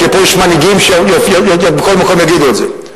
כי פה יש מנהיגים שבכל מקום יגידו את זה,